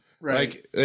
Right